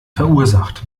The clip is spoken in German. verursacht